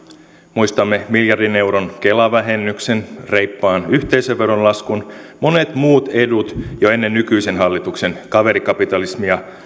muistamme miljardin euron kela vähennyksen reippaan yhteisöveron laskun monet muut edut jo ennen nykyisen hallituksen kaverikapitalismia